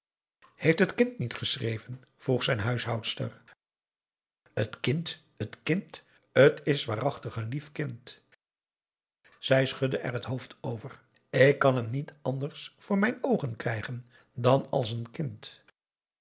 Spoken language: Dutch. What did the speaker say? heeft het kind niet geschreven vroeg zijn huishoudster het kind het kind t is waarachtig een lief kind zij schudde er het hoofd over ik kan hem niet anders voor mijn oogen krijgen dan als een kind